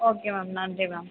okay ma'am நன்றி ma'am